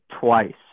twice